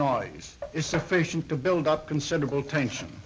noise is sufficient to build up considerable tension